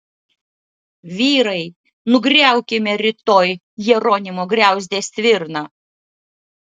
vyrai nugriaukime rytoj jeronimo griauzdės svirną